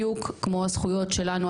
בדיוק כמו הזכויות שלנו,